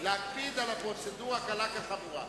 להקפיד על הפרוצדורה קלה כחמורה.